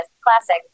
Classic